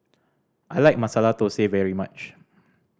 I like Masala Thosai very much